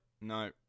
no